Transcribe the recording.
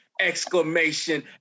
Exclamation